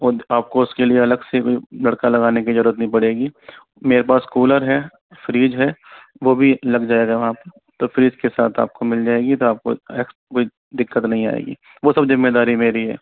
और आपको उसके लिए अलग से भी लड़का लगाने की जरूरत नहीं पड़ेगी मेरे पास कूलर है फ्रीज़ है वो भी लग जाएगा पे तो फ्रीज़ के साथ आपको मिल जाएंगी तो फिर कोई दिक्कत नहीं आएगी वो सब जिम्मेदारी मेरी है